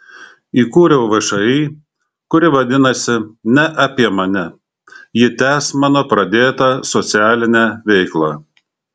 įkūriau všį kuri vadinasi ne apie mane ji tęs mano pradėtą socialinę veiklą